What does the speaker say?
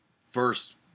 first